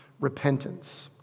repentance